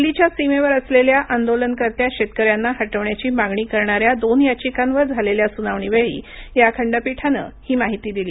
दिल्लीच्या सीमेवर असलेल्या आंदोलनकर्त्या शेतकऱ्यांना हटवण्याची मागणी करणाऱ्या दोन याचिकांवर झालेल्या सुनावणीवेळी या खंडपीठानं ही माहिती दिली